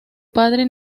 padre